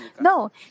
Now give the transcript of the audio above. No